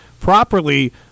properly